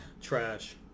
Trash